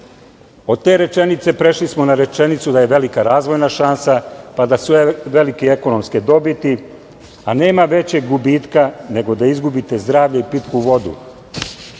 Od te rečenice prešli smo na rečenicu da je velika razvojna šansa, pa da su velike ekonomske dobiti, a nema većeg gubitka nego da izgubite zdravlje i pitku vodu.U